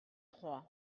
trois